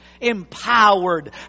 empowered